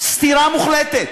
סתירה מוחלטת.